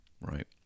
Right